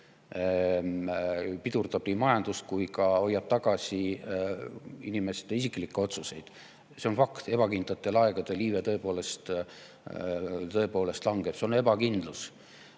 pidurdab nii majandust kui ka hoiab tagasi inimeste isiklikke otsuseid. See on fakt. Ebakindlatel aegadel iive tõepoolest langeb. See [põhjus]